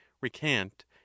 recant